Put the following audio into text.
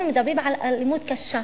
אנחנו מדברים על אלימות קשה: